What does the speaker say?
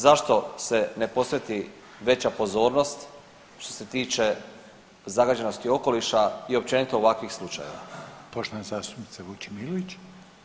Zašto se ne posveti veća pozornost što se tiče zagađenosti okoliša i općenito ovakvih slučaje?